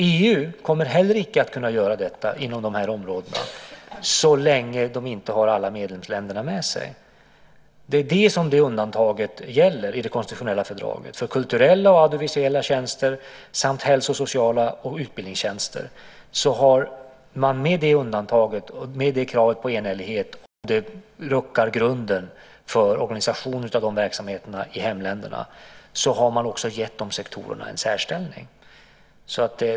EU kommer inte heller att kunna göra det inom de här områdena så länge de inte har alla medlemsländer med sig. Det är det som undantaget gäller i det konstitutionella fördraget. För kulturella och audiovisuella tjänster samt hälso-, sociala och utbildningstjänster har man med det undantaget och kravet på enhällighet tryggat grunden för organisationer av de verksamheterna i hemländerna och gett de sektorerna en särställning.